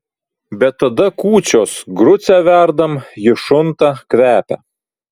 bet tada kūčios grucę verdam ji šunta kvepia